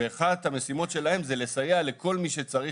ואחת המשימות שלהן היא לסייע לכל מי שצריך